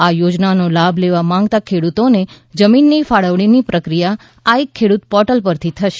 આ યોજના નો લાભ લેવા માંગતા ખેડૂતને જમીનની ફાળવણીની પ્રક્રિયા આઇ ખેડૂત પોર્ટલ પરથી થશે